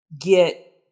get